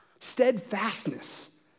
steadfastness